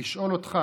ביקש לשאול אותך